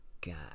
God